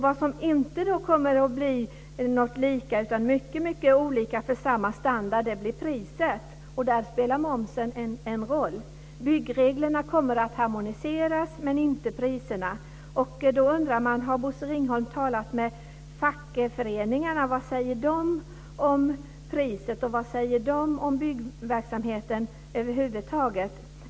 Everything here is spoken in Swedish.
Vad som inte kommer att bli lika utan mycket olika för samma standarder blir priset. Och där spelar momsen en roll. Byggreglerna kommer att harmoniseras men inte priserna. Då undrar man om Bosse Ringholm har talat med fackföreningarna. Vad säger de om priset, och vad säger de om byggverksamheten över huvud taget?